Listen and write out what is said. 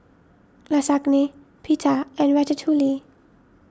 Lasagne Pita and Ratatouille